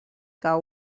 que